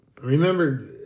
Remember